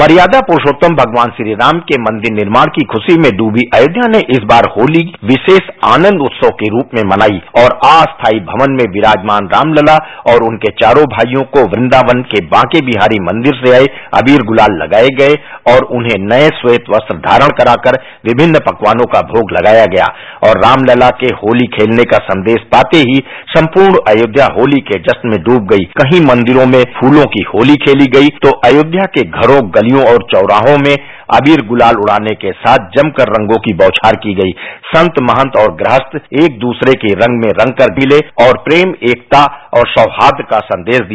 मर्यादा पुरुषोत्तम भगवान श्री राम के मंदिर निर्माण की खुशी में डूबी अयोध्या ने इस बार होली विशेष आनंद उत्सव के रूप में मनाई और अस्थाई भवन में विराजमान रामतला और उनके चारों भाइयों को पुंदावन के बांके बिहारी मंदिर से आए अबीर गुलाल लगाए गए और उन्हें नये स्वेत कस्त्र धारण करकर विमिन्न प्रकवानों का भोग तगाया गया और रामलता के होती खेलने का संदेश पार्त ही संपूर्ण अयोध्या होती के जस्न में दूब गई कहीं मंदिरों में छूलों की होली खेली गई तो अयोध्या के घरों गलियों और चौराहों में अबीर गुलाल जड़ाने के साथ जमकर रंगों की बौछार की गई संत महत और ग्रहस्थ एक दूसरे के रंग में रंग कर मिले और प्रेमएकता और सौहार्द का संदेश दिया